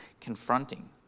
confronting